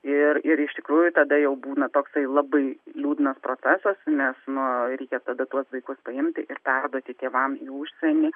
ir ir iš tikrųjų tada jau būna toksai labai liūdnas procesas nes nu reikia tada tuos vaikus paimti ir perduoti tėvam į užsienį